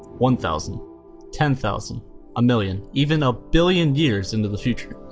one thousand ten thousand a million even a billion years into the future.